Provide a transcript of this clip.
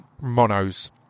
Mono's